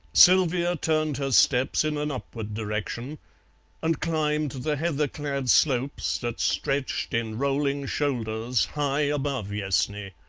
sylvia turned her steps in an upward direction and climbed the heather-clad slopes that stretched in rolling shoulders high above yessney.